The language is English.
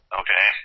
okay